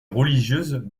religieuses